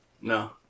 No